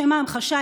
לשם המחשה,